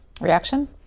Reaction